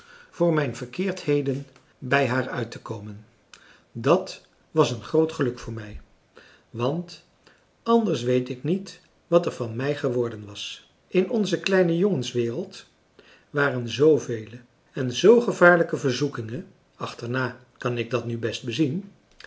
voor mijn verkeerdheden bij haar uit te komen dat was een groot geluk voor mij want anders weet ik niet wat er van mij geworden was in onze kleine jongenswereld waren zoovele en zoo gevaarlijke verzoekingen achterna kan ik dat nu best bezien